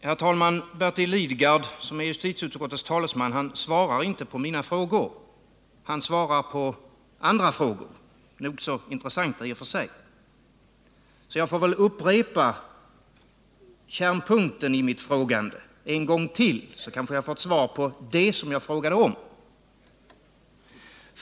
Herr talman! Bertil Lidgard som är justitieutskottets talesman svarar inte på mina frågor. Han svarar på andra — i och för sig nog så intressanta — frågor. Jag upprepar därför kärnpunkten i mitt frågande, så kanske jag får svar på det jag frågade om.